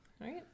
Right